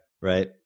Right